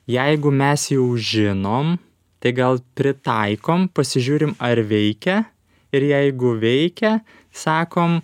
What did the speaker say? jeigu mes jau žinom tai gal pritaikom pasižiūrim ar veikia ir jeigu veikia sakom